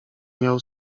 miał